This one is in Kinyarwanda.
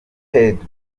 pedro